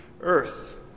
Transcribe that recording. earth